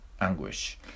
anguish